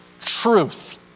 truth